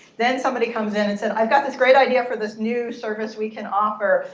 then somebody comes in and said, i've got this great idea for this new service we can offer.